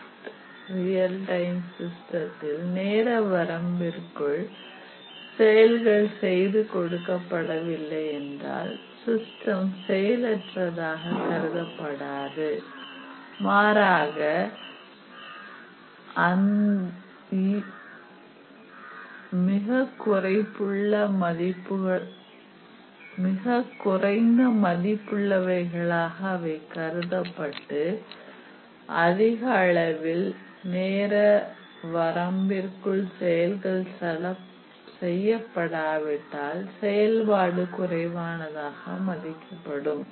soft real time சிஸ்டத்தில் நேர வரம்பிற்குள் செயல்கள் செய்து கொடுக்கப்படவில்லை என்றால் சிஸ்டம் செயலற்றதாக கருதப்படாது மாறாக அந்த இவர்கள் மிகக் குறைந்த மதிப்புள்ள கைகளாக கருதப்பட்டு அதிக அளவில் நேரம் வரம்பிற்குள் செயல்கள் செய்யப்படாவிட்டால் செயல்பாடு குறைவானதாக மதிப்பிடப்படும்